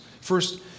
First